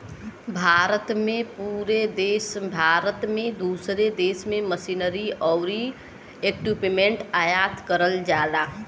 भारत में दूसरे देश से मशीनरी आउर इक्विपमेंट आयात करल जाला